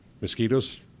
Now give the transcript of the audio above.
mosquitoes